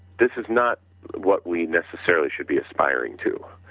this is not what we necessarily should be aspiring to.